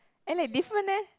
eh like different leh